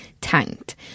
tanked